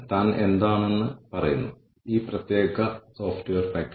അതിനാൽ വീണ്ടും ഞാൻ മറ്റൊരു ഉദാഹരണത്തിലേക്ക് മാറാൻ പോകുന്നു